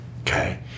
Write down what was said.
Okay